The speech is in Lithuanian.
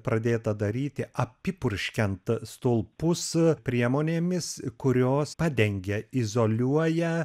pradėta daryti apipurškiant stulpus priemonėmis kurios padengia izoliuoja